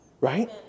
Right